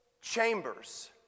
chambers